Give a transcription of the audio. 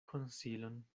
konsilon